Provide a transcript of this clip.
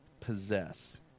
possess